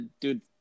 dude